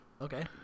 Okay